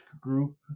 group